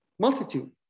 Multitude